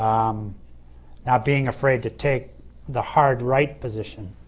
um now being afraid to take the hard right position,